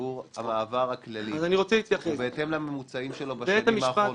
לשיעור המעבר הכללי ובהתאם לממוצעים שלו בשנים האחרונות.